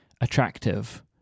attractive